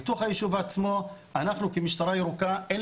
בתוך היישוב עצמו אנחנו כמשטרה ירוקה אין